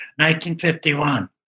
1951